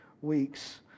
weeks